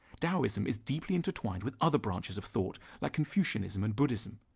daoism is deeply intertwined with other branches of thought like confucianism and buddhism.